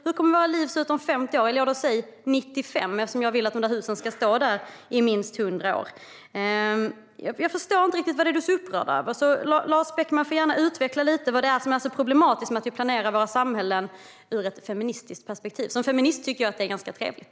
Hur kommer våra liv att se ut om 50 år? Jag säger 95 år eftersom jag vill att husen ska stå där i minst 100 år. Jag förstår inte riktigt vad du är så upprörd över. Du får gärna utveckla lite vad det är som är så problematiskt med att vi planerar våra samhällen ur ett feministiskt perspektiv. Som feminist tycker jag att det är ganska trevligt.